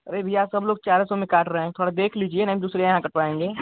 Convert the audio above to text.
अरे भैया सब लोग चार सौ में काट रहे हें थोड़ा देख लीजिए नहीं हम दूसरे यहाँ कटवाएंगे